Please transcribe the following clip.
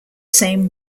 same